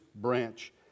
branch